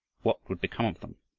what would become of them?